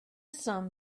sum